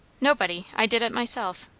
nobody. i did it myself.